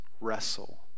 wrestle